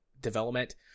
development